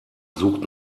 sucht